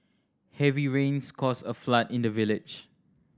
heavy rains caused a flood in the village